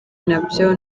nabyo